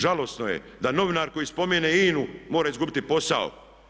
Žalosno je da novinar koji spomene INA-u može izgubiti posao.